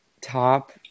top